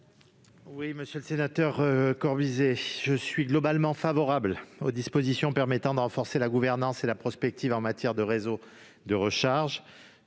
est l'avis de la commission ? Je suis globalement favorable aux dispositions permettant de renforcer la gouvernance et la prospective en matière de réseaux de recharge.